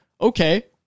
okay